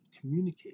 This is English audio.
communicate